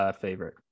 favorite